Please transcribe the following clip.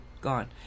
gone